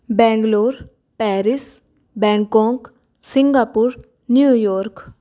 Bangalore Paris Bangkok Singapore New York